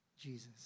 Jesus